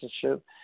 citizenship